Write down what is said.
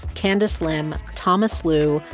candice lim, thomas lu,